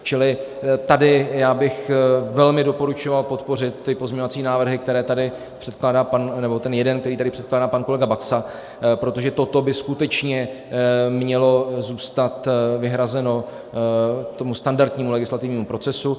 Čili tady bych velmi doporučoval podpořit ty pozměňovací návrhy, které tady předkládá pan... nebo ten jeden, který tady předkládá pan kolega Baxa, protože toto by skutečně mělo zůstat vyhrazeno tomu standardnímu legislativnímu procesu.